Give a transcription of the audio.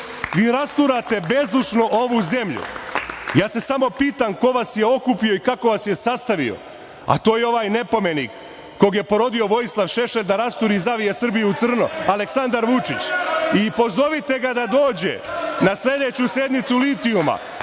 rasturate bezdušno ovu zemlju. Ja se samo pitam ko vas je okupio i kako vas je sastavio, a to je ovaj nepomenik kog je porodio Vojislav Šešelj da rasturi i zavije Srbiju u crno - Aleksandar Vučić. Pozovite ga da dođe na sledeću sednicu litijuma,